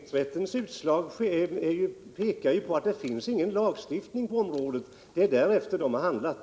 Herr talman! Regeringsrättens utslag visar ju att det inte finns någon lagstiftning på området; det är därefter man har handlat.